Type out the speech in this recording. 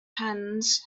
hands